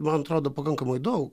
man atrodo pakankamai daug